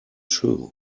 shoe